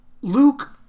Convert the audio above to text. Luke